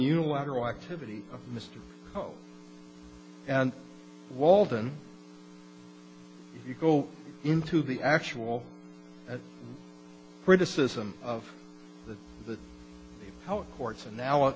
unilateral activity mister and walden you go into the actual criticism of the courts and now